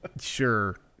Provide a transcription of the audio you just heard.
sure